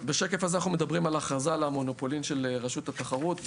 בשקף הזה אנחנו מדברים על ההכרזה על המונופולין של רשות התחרות.